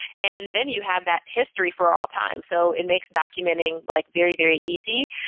and then you have that history for all time, so it makes documenting like very, very easy.